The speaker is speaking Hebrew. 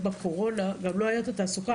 בקורונה גם לא היה את התעסוקה.